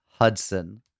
Hudson